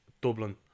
Dublin